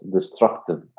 destructive